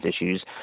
issues